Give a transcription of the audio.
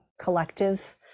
collective